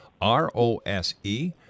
R-O-S-E